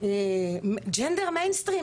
ג'נדר מיינסטרים,